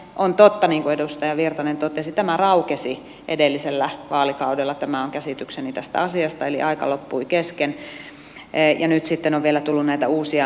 on totta niin kuin edustaja virtanen totesi että tämä raukesi edellisellä vaalikaudella tämä on käsitykseni tästä asiasta eli aika loppui kesken ja nyt sitten on vielä tullut näitä uusia oikeusasteitten päätöksiä